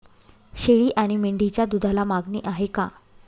शेळी आणि मेंढीच्या दूधाला मागणी आहे का?